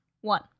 One